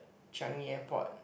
Changi-Airport